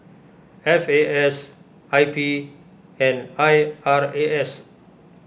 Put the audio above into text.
F A S I P and I R A S